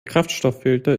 kraftstofffilter